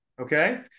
okay